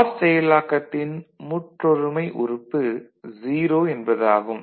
R செயலாக்கத்தின் முற்றொருமை உறுப்பு 0 என்பதாகும்